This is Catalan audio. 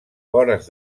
vores